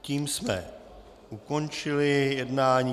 Tím jsme ukončili jednání.